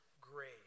grace